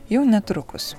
jau netrukus